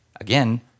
again